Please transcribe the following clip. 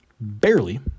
Barely